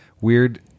weird